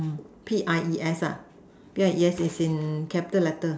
P I E S lah P I E S as in capital letter